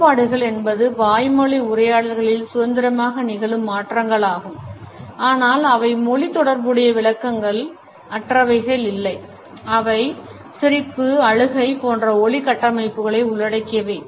வேறுபாடுகள் என்பது வாய்மொழி உரையாடல்களில் சுதந்திரமாக நிகழும் மாற்றங்கள் ஆகும் ஆனால் அவை மொழி தொடர்புடைய விளக்கங்கள் அற்றவைகள் இல்லை அவை சிரிப்பு அழுகைப் போன்ற ஒலி கட்டமைப்புகளை உள்ளடக்கியவை